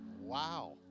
Wow